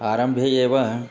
आरम्भे एव